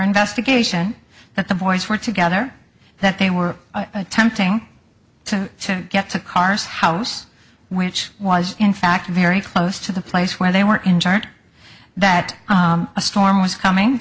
investigation that the boys were together that they were attempting to get to cars house which was in fact very close to the place where they were injured that a storm was coming